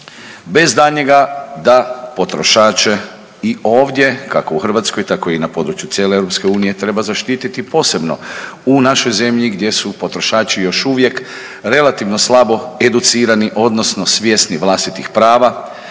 Bez daljnjega da potrošače i ovdje kako u Hrvatskoj tako i na području cijele Europske unije treba zaštiti posebno u našoj zemlji gdje su potrošači još uvijek relativno slabo educirani, odnosno svjesni vlastitih prava,